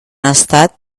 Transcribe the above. estat